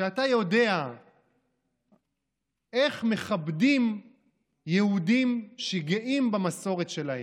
כשאתה יודע איך מכבדים יהודים שגאים במסורת שלהם,